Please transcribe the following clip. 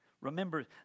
remember